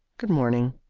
good-morning.